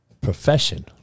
profession